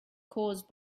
caused